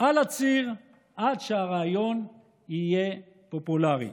על הציר עד שהרעיון יהיה פופולרי.